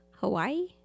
Hawaii